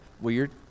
weird